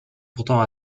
pourtant